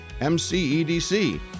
MCEDC